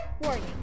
Warning